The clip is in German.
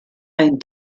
ein